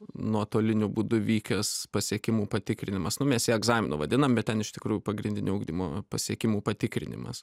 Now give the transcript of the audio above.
nuotoliniu būdu vykęs pasiekimų patikrinimas nu mes jį egzaminų vadinam ten iš tikrųjų pagrindinio ugdymo pasiekimų patikrinimas